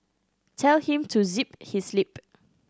tell him to zip his lip